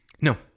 No